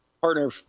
partner